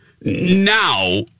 Now